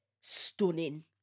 Stunning